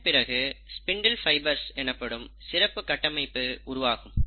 இதன்பிறகு spindle fibres எனப்படும் சிறப்பு கட்டமைப்பு உருவாகும்